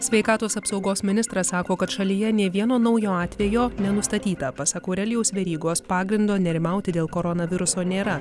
sveikatos apsaugos ministras sako kad šalyje nė vieno naujo atvejo nenustatyta pasak aurelijaus verygos pagrindo nerimauti dėl koronaviruso nėra